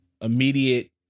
immediate